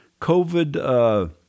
COVID